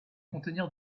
contenir